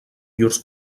llurs